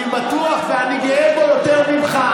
אני בטוח שאני גאה בו יותר ממך.